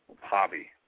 hobby